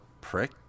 prick